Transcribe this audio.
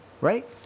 Right